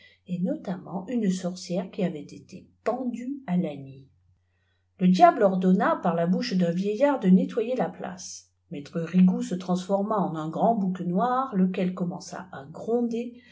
et notamment une sor cière qui avait été pendue à lagny le diable ordonna par la bouche d'un vieillard de nettoyer la placé jffaîtré ftîgoiix ce transforma en un g rand bouc noir lejjuel commença à gronder